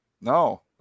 No